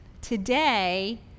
Today